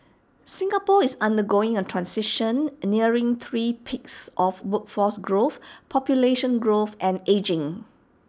Singapore is undergoing A transition nearing three peaks of workforce growth population growth and ageing